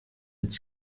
its